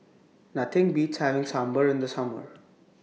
Nothing Beats having Sambar in The Summer